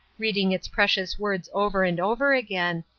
reading its precious words over and over again,